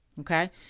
Okay